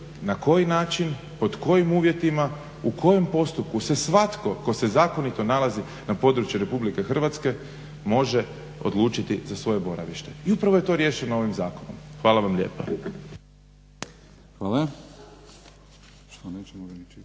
na koji način, pod kojim uvjetima, u kojem postupku se svatko tko se zakonito nalazi na području Republike Hrvatske može odlučiti za svoje boravište i upravo je to riješeno ovim zakonom. Hvala vam lijepa.